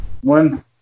one